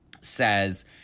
says